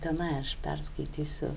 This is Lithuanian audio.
tenai aš perskaitysiu